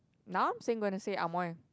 now I'm saying gonna say Amoy